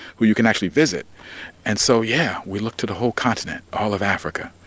who you can actually visit and so yeah, we looked to the whole continent, all of africa,